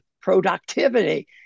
productivity